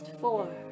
Four